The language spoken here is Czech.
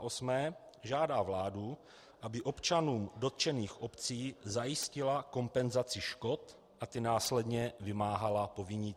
VIII. žádá vládu, aby občanům dotčených obcí zajistila kompenzaci škod a ty následně vymáhala po vinících.